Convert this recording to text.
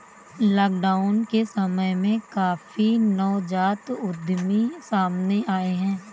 lockdown के समय में काफी नवजात उद्यमी सामने आए हैं